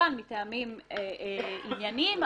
כמובן מטעמים ענייניים,